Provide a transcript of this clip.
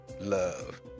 love